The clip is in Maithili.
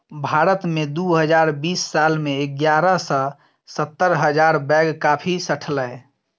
भारत मे दु हजार बीस साल मे एगारह सय सत्तर हजार बैग कॉफी सठलै